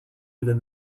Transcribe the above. within